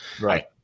right